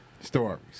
Stories